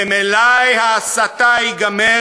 ומלאי ההסתה ייגמר,